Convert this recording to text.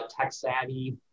tech-savvy